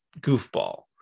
goofball